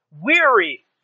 weary